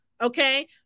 okay